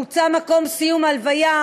מוצע מקום סיום ההלוויה,